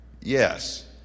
Yes